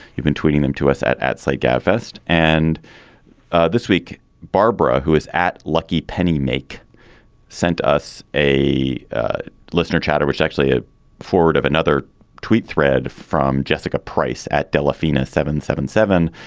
you've been tweeting them to us at at slate gabfest. and this week, barbara, who is at lucky penny make sent us a listener chatter, which actually a forward of another tweet thread from jessica price at delfina, seven zero seven